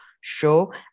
show